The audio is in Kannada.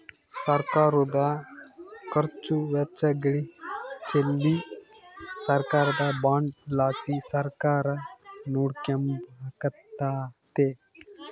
ಸರ್ಕಾರುದ ಖರ್ಚು ವೆಚ್ಚಗಳಿಚ್ಚೆಲಿ ಸರ್ಕಾರದ ಬಾಂಡ್ ಲಾಸಿ ಸರ್ಕಾರ ನೋಡಿಕೆಂಬಕತ್ತತೆ